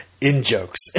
in-jokes